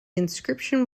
inscription